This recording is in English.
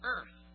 Earth